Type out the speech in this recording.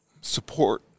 support